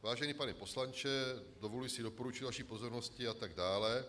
Vážený pane poslanče, dovoluji si doporučit vaší pozornosti... a tak dále.